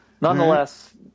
nonetheless